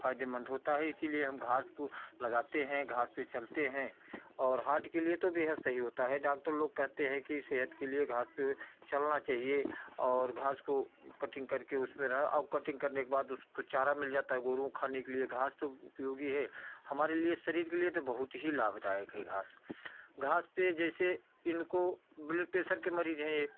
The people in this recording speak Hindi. फ़ायदेमंद होता है इसीलिए हम घास को लगाते है घास पर चलते हैं और हार्ट के लिए तो बेहद सही होता है डॉक्टर लोग कहते हैं कि सेहत के लिए घास पर चलना चाहिए और घास को कटिंग करके उसमें न अब कटिंग करने के बाद उसको चारा मिल जाता है गोरु को खाने के लिए घास तो उपयोगी है हमारे लिए शरीर के लिए तो बहुत ही लाभदायक है घास घास पर जैसे इनको ब्लड प्रेशर के मरीज़ है